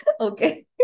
Okay